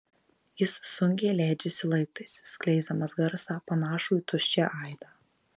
jis sunkiai leidžiasi laiptais skleisdamas garsą panašų į tuščią aidą